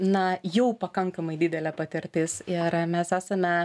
na jau pakankamai didelė patirtis ir mes esame